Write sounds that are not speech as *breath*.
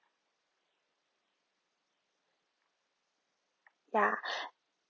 ya *breath*